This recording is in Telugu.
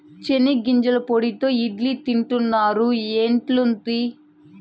చెనిగ్గింజల పొడితో ఇడ్లీ తింటున్నారా, ఎట్లుంది